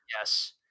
Yes